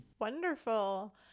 Wonderful